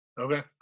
Okay